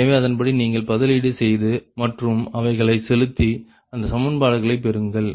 எனவே அதன்படி நீங்கள் பதிலீடு செய்து மற்றும் அவைகளை செலுத்தி அந்த சமன்பாடுகளை பெறுங்கள்